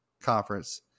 conference